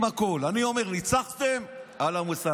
בהן, בראשות הגב' מיארה והגב' חיות.